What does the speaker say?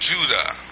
Judah